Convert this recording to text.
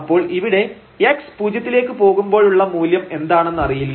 അപ്പോൾ ഇവിടെ x പൂജ്യത്തിലേക്ക് പോകുമ്പോഴുള്ള മൂല്യം എന്താണെന്നറിയില്ല